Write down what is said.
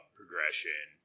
progression